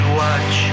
watch